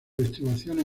estribaciones